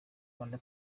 rwanda